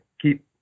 keep